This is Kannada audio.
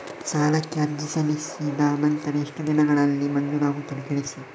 ಸಾಲಕ್ಕೆ ಅರ್ಜಿ ಸಲ್ಲಿಸಿದ ನಂತರ ಎಷ್ಟು ದಿನಗಳಲ್ಲಿ ಮಂಜೂರಾಗುತ್ತದೆ ತಿಳಿಸಿ?